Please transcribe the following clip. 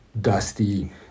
dusty